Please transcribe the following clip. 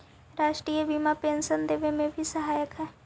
राष्ट्रीय बीमा पेंशन देवे में भी सहायक हई